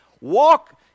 walk